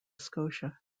scotia